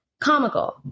Comical